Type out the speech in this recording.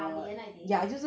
ah lian again